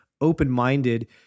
open-minded